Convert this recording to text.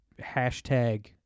hashtag